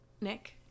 Nick